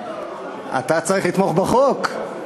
אתה צריך לתמוך בחוק,